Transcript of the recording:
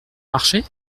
marché